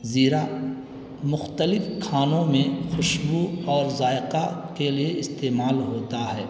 زیرہ مختلف کھانوں میں خوشبو اور ذائقہ کے لیے استعمال ہوتا ہے